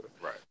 Right